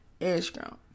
Instagram